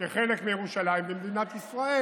כחלק מירושלים ומדינת ישראל.